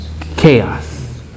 Chaos